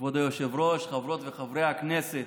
כבוד היושב-ראש, חברות וחברי הכנסת,